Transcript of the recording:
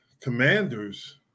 Commanders